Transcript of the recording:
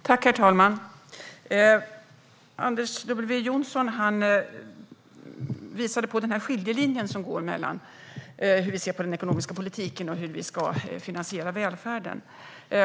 Herr talman! Anders W Jonsson visade på skiljelinjen som går mellan oss i fråga om vår syn på den ekonomiska politiken och hur vi ska finansiera välfärden.